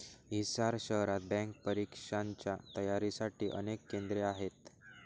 हिसार शहरात बँक परीक्षांच्या तयारीसाठी अनेक केंद्रे आहेत